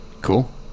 Cool